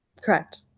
Correct